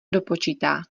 dopočítá